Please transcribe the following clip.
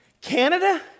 Canada